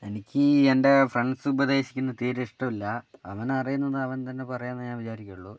എനിക്ക് എൻ്റെ ഫ്രണ്ട്സ് ഉപദേശിക്കുന്നത് തീരെ ഇഷ്ടമല്ല അവനറിയുന്നത് അവൻ തന്നെ പറയുകയാണെന്ന് ഞാൻ വിചാരിക്കുകയുള്ളൂ